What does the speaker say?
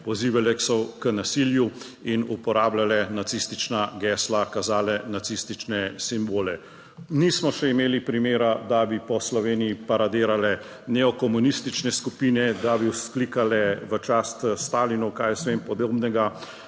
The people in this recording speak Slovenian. pozivale k so k nasilju in uporabljale nacistična gesla, kazale nacistične simbole. Nismo še imeli primera, da bi po Sloveniji paradirale neokomunistične skupine, da bi vzklikale v čast Stalinu, kaj jaz vem podobnega,